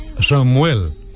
Samuel